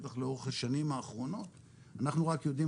בטח לאורך השנים האחרונות אנחנו רק יודעים